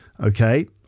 Okay